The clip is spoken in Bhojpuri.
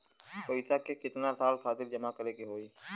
पैसा के कितना साल खातिर जमा करे के होइ?